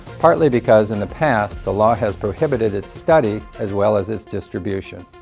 partly because in the past, the law has prohibited its study as well as its distribution.